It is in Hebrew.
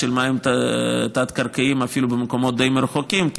מים תת-קרקעיים במקומות די מרוחקים אפילו,